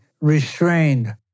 restrained